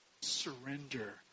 surrender